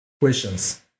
questions